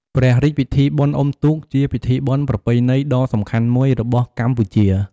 ព្រះរាជពិធីបុណ្យអ៊ំុទូក ជាពិធីបុណ្យប្រពៃណីដ៏សំខាន់មួយរបស់កម្ពុជា។